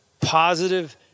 positive